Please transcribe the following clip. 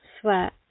sweat